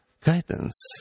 guidance